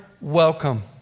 welcome